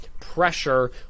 pressure